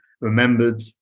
remembered